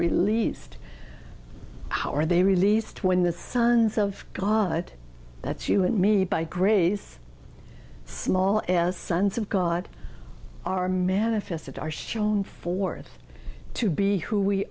released how are they released when the sons of god that's you and me by grace small as sons of god are manifested are shown forth to be who we